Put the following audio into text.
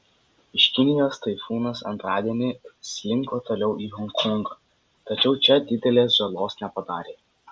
iš kinijos taifūnas antradienį slinko toliau į honkongą tačiau čia didelės žalos nepadarė